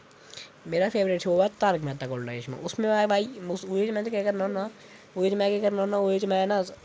मेरा favourite show ऐ तारक मेहता का उल्टा चश्मा उसमें ऐड आई में केह् करना होना ओह्दे च में केह् करना होना ओह्दे च में ना